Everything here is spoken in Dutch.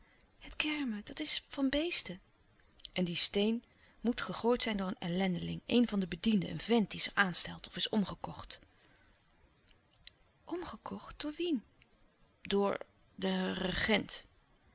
het kermen dat is van beesten en die steen moet gegooid zijn door een ellendeling een van de bedienden een vent die zich aanstelt of is omgekocht omgekocht door wien door den regent